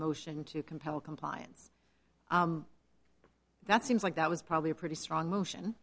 motion to compel compliance that seems like that was probably a pretty strong motion